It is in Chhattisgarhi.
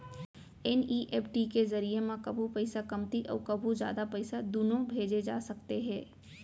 एन.ई.एफ.टी के जरिए म कभू पइसा कमती अउ कभू जादा पइसा दुनों भेजे जा सकते हे